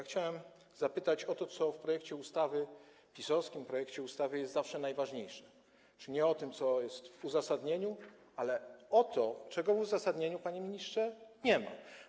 Chciałbym zapytać o to, co w projekcie ustawy, PiS-owskim projekcie ustawy jest zawsze najważniejsze, czyli nie o to, co jest w uzasadnieniu, ale o to, czego w uzasadnieniu, panie ministrze, nie ma.